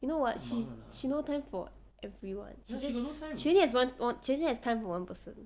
you know [what] she got no time for everyone she only got time for one person